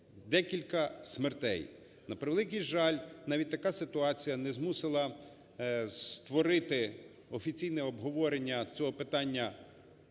Декілька смертей. На превеликий жаль, навіть така ситуація не змусила створити офіційне обговорення цього питання